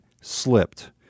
slipped